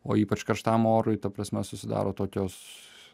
o ypač karštam orui ta prasme susidaro tokios